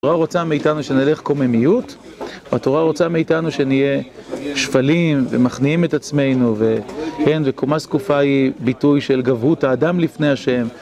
התורה רוצה מאיתנו שנלך קוממיות, והתורה רוצה מאיתנו שנהיה שפלים, ומכניעים את עצמנו, וכמה זקופה היא ביטוי של גברות האדם לפני השם.